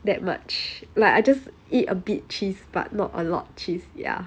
that much like I just eat a bit cheese but not a lot cheese ya